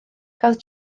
cafodd